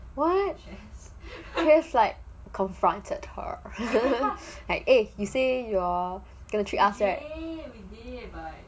what just like confronted her like eh you say you're going to treat us right